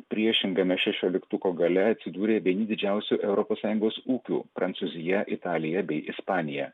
priešingame šešioliktuko gale atsidūrė vieni didžiausių europos sąjungos ūkių prancūzija italija bei ispanija